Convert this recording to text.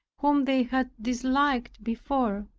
whom they had disliked before,